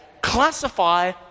classify